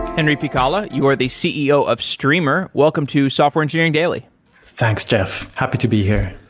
henry pihkala, you are the ceo of streamr. welcome to software engineering daily thanks, jeff. happy to be here.